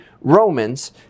Romans